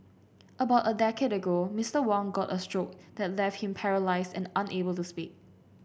about a decade ago Mister Wong got a stroke that left him paralysed and unable to speak